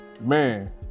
man